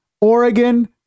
Oregon